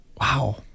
Wow